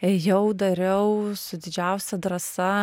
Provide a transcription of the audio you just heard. ėjau dariau su didžiausia drąsa